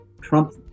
Trump